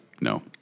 No